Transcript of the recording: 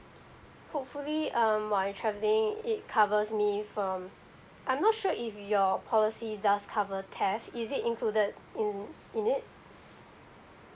hopefully um while travelling it covers me from I'm not sure if your policy does cover theft is it included in in it